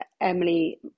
Emily